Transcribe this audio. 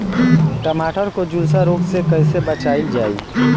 टमाटर को जुलसा रोग से कैसे बचाइल जाइ?